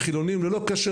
חילוניים ללא קשר